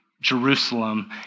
Jerusalem